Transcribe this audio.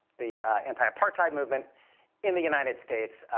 the anti-apartheid movement in the united states,